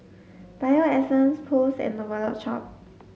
Bio Essence Post and The Wallet Shop